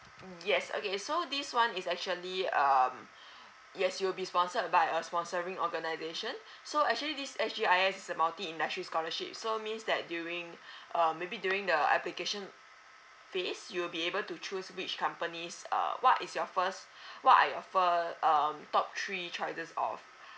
mm yes okay so this one is actually um yes you'll be sponsored by a sponsoring organisation so actually this S C I S is a multi industry scholarship so means that during uh maybe during the application phase you'll be able to choose which companies uh what is your first what are your first uh top three choices of